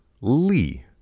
Lee